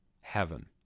heaven